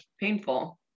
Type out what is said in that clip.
painful